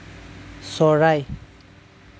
চৰাই